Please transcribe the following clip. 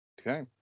Okay